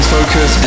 Focus